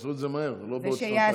שיעשו את זה מהר ולא בעוד שנתיים.